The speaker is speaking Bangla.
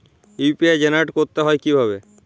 ইউ.পি.আই জেনারেট করতে হয় কিভাবে?